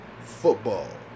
Football